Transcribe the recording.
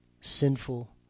sinful